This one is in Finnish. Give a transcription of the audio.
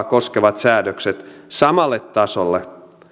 koskevat säädökset samalle tasolle